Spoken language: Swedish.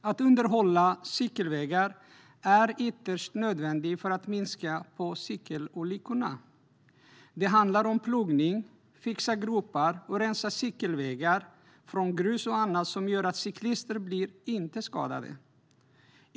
Att underhålla cykelvägar är ytterst nödvändigt för att minska antalet cykelolyckor. Det handlar om plogning och om att fixa gropar och rensa cykelvägar från grus och annat som annars gör att cyklister blir skadade.